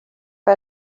för